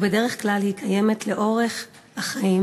ובדרך כלל היא קיימת לאורך החיים.